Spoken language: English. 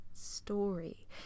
story